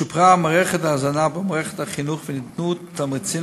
שופרה המערכת להזנה במערכת החינוך וניתנו תמריצים